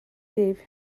gave